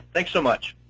thanks so much.